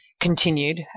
continued